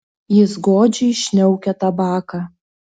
jis godžiai šniaukia tabaką